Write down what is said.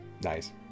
nice